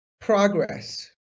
progress